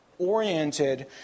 oriented